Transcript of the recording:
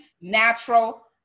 natural